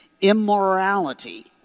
immorality